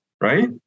right